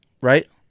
right